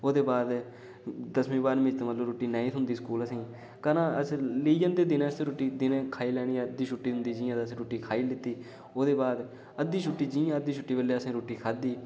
ओह्दे बा'द दसमीं दे बाद मिल थमां रुट्टी नेईं थ्होंदी स्कूल असेंगी घरा अस लेई आंदे दिनै आस्तै रुट्टी दिनें खाई लैनी अद्धी छुट्टी होंदी जियां असें रुट्टी खाई लैती ओह् दे बाद अद्धी छुट्टी जियां अद्धी छुट्टी बेल्लै असें रूट्टी खादी